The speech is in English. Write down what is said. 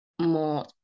more